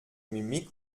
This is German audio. mimik